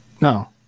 No